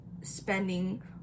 spending